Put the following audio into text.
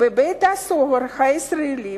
בבית-הסוהר הישראלי,